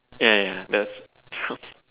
ya ya ya that's